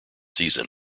season